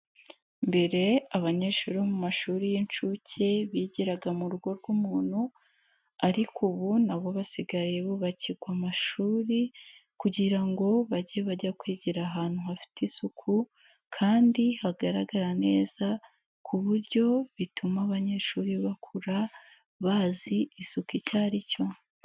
Mbere abanyeshuri bo mu mashuri y' inshuke bigiraga mu rugo rw'umuntu ariko ubu na bo basigaye bubakirwa amashuri kugira ngo bajye bajya kwigira ahantu hafite isuku kandi hagaragara neza ku buryo bituma abanyeshuri bakura bazi isuku icyo ari cyo.